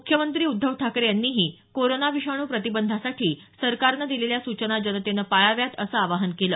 मुख्यमंत्री उद्धव ठाकरे यांनीही कोरोना विषाणू प्रतिबंधासाठी सरकारनं दिलेल्या सूचना जनतेनं पाळाव्यात असं आवाहन केलं